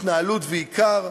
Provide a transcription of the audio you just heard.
התנהלות ועיקר?